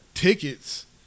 Tickets